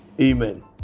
amen